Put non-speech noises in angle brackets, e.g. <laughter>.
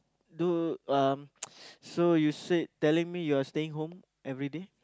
do um <noise> so you say telling me your staying home everyday